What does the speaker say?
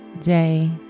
day